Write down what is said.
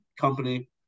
company